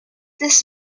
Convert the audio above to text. this